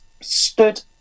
stood